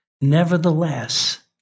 Nevertheless